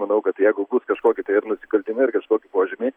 manau kad jeigu bus kažkoki nusikaltimai ar kažkoki požymiai